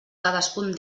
cadascun